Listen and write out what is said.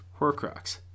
Horcrux